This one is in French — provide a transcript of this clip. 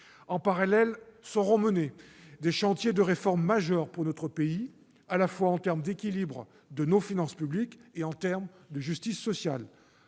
En parallèle, seront menés des chantiers de réforme majeurs pour notre pays, à la fois en termes d'équilibre de nos finances publiques et en termes de justice sociale.